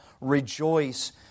rejoice